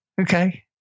Okay